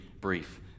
brief